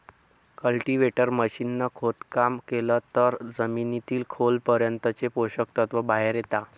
cultivator machine ने खोदकाम केलं तर जमिनीतील खोल पर्यंतचे पोषक तत्व बाहेर येता